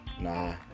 Nah